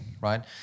Right